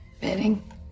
Bidding